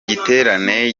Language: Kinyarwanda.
giterane